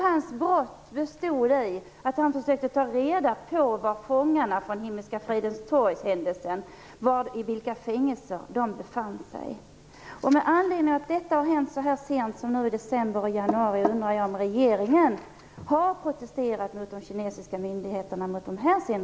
Hans brott bestod i att han försökte ta reda på vart fångarna från